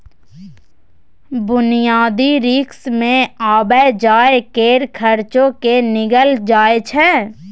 बुनियादी रिस्क मे आबय जाय केर खर्चो केँ गिनल जाय छै